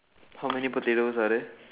how many potatoes are there